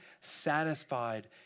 satisfied